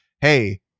hey